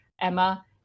Emma